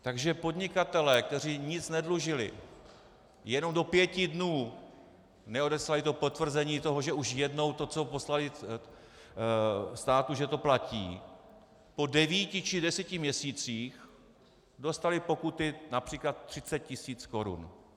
Takže podnikatelé, kteří nic nedlužili, jenom do pěti dnů neodeslali potvrzení toho, že už jednou to, co poslali státu, že to platí, po devíti či desíti měsících dostali pokuty například 30 tisíc korun.